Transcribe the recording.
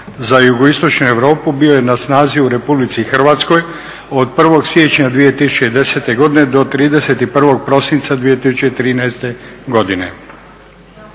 za jugoistočnu Europu bio je na snazi u RH od 01. siječnja 2010. godine do 31. prosinca 2013. godine.